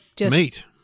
meat